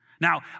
Now